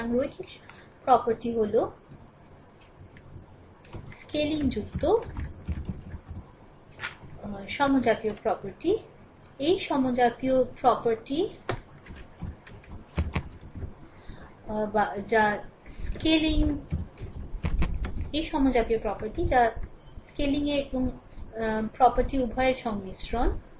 সুতরাং রৈখিক property হল স্কেলিংযুক্ত সমজাতীয় property সমজাতীয় property যা স্কেলিং এবং property উভয়ের সংমিশ্রণ